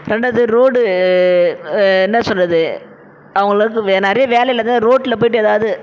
but அது road என்ன சொல்லுறது வேலை இல்லாத ரோட்டில் போய்விட்டு எதாவது